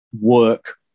work